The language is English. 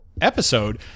episode